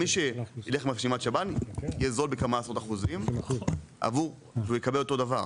מי שילך לרשימת שב"ן יהיה זול בעשרות אחוזי ם והוא יקבל אותו דבר.